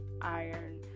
Iron